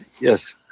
Yes